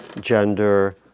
gender